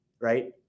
right